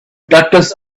darkest